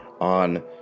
on